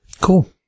Cool